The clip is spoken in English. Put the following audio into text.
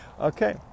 Okay